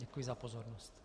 Děkuji za pozornost.